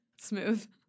Smooth